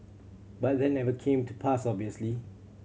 but that never came to pass obviously